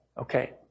okay